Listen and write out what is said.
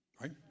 Right